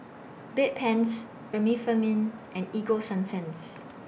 Bedpans Remifemin and Ego Sunsense